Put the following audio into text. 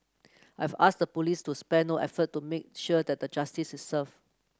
I've asked the police to spare no effort to make sure that the justice is serve